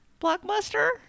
blockbuster